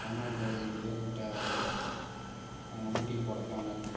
தமிழ்நாட்ல இருந்து ஏகப்பட்ட ஊட்டி கொடைக்கானல்